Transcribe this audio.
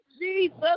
Jesus